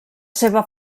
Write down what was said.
seva